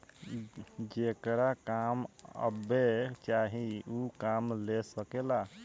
जेकरा काम अब्बे चाही ऊ काम ले सकेला